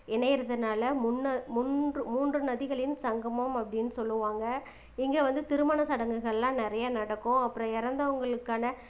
இணையிறதுனால் முன்னே முன்று மூன்று நதிகளின் சங்கமம் அப்படின் சொல்லுவாங்க இங்கே வந்து திருமண சடங்குகள் எல்லாம் நிறையா நடக்கும் அப்புறம் இறந்தவங்களுக்கான